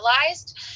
realized